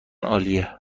عالیه